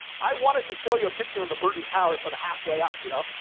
i wanted to show you a picture of the burton tower sort of halfway up you know,